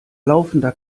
laufender